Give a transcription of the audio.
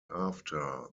after